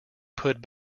put